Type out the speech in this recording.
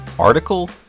article